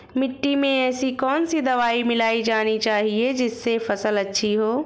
मिट्टी में ऐसी कौन सी दवा मिलाई जानी चाहिए जिससे फसल अच्छी हो?